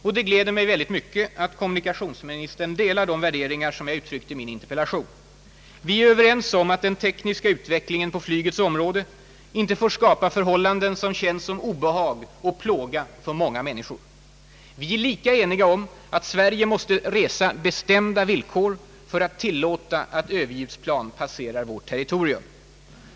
Och det gläder mig mycket att kommunikationsministern delar de värderingar som jag uttryckte 1 min interpellation. Vi är överens om att den tekniska utvecklingen på flygets område inte får skapa förhållanden som känns som obehag och plåga för många människor. Vi är lika eniga om att Sverige måste resa bestämda villkor för att tillåta att överljudsplan passerar vårt territorium.